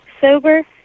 sober